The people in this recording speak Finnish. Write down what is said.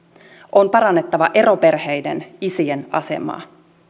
on parannettava eroperheiden isien asemaa